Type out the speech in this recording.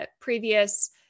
previous